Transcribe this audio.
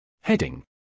Heading